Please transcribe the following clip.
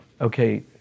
Okay